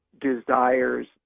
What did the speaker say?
desires